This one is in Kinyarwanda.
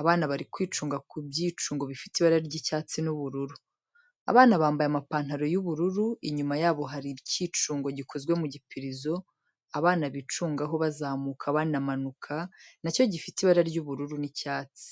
abana bari kwicunga ku byicungo bifite ibara ry'icyatsi n'ubururu, abana bambaye amapantaro y'ubururu, inyuma yabo hari icyicungo gikozwe mu gipirizo, abana bicungaho bazamuka banamanuka, na cyo gifite ibara ry'ubururu n'icyatsi.